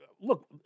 look